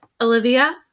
Olivia